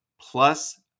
plus